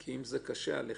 אם זה קשה עליכם,